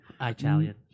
italian